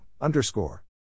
underscore